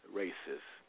racist